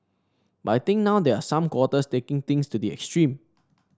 but I think now there are some quarters taking things to the extreme